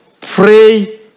pray